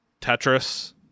Tetris